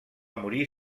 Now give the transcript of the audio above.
morir